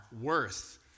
worth